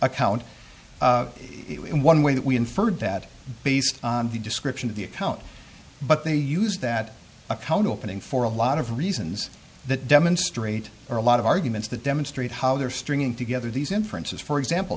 account one way that we inferred that based on the description of the account but they use that account opening for a lot of reasons that demonstrate a lot of arguments that demonstrate how their stringing together these inferences for example